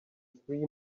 three